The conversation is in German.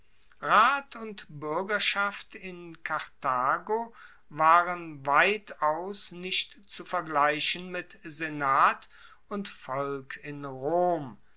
rat und buergerschaft in karthago waren weitaus nicht zu vergleichen mit senat und volk in rom